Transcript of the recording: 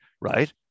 right